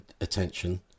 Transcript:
attention